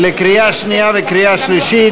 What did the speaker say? קריאה שנייה וקריאה שלישית.